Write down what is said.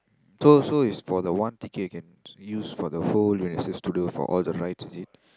so so is for the one ticket you can use for the whole Universal-Studio for all the rides is it